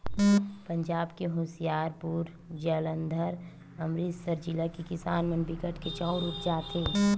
पंजाब के होसियारपुर, जालंधर, अमरितसर जिला के किसान मन बिकट के चाँउर उपजाथें